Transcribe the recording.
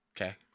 Okay